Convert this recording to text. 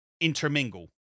intermingle